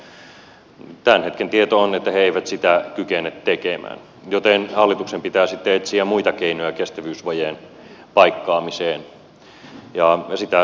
tämän hetken tieto on että ne eivät sitä kykene tekemään joten hallituksen pitää sitten etsiä muita keinoja kestävyysvajeen paikkaamiseen ja sitä työtä kehysriihessä tullaan tekemään